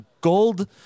gold